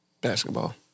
Basketball